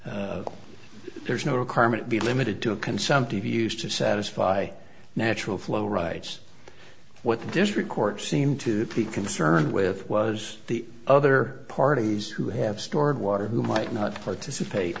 there's no requirement be limited to a consumptive used to satisfy natural flow rights what the district court seemed to be concerned with was the other parties who have stored water who might not participate